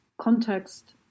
context